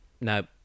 no